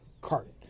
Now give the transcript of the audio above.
cart